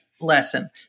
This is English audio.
lesson